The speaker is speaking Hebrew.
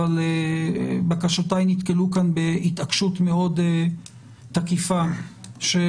אבל בקשותיי נתקלו כאן בהתעקשות מאוד תקיפה של